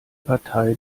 partei